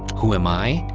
who am i?